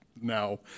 now